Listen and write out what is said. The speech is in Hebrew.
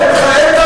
אין,